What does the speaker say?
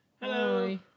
Hello